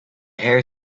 hare